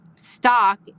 stock